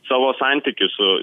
savo santykį su